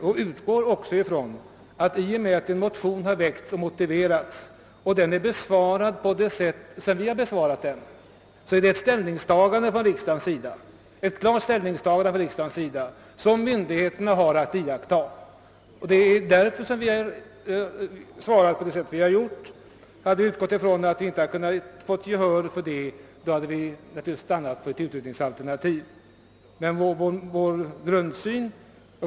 Vi utgår nämligen från att när en motion har väckts och motiverats och besvarats på det sätt som vi har besvarat den innebär detta ett klart ställningstagande från riksdagen, som myndigheterna har att följa. Det är därför vi har svarat så som vi har gjort. Hade vi utgått från att vi inte skulle kunna få gehör för dessa synpunkter, hade vi naturligtvis stannat för ett utredningsalternativ.